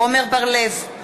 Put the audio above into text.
עמר בר-לב,